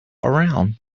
round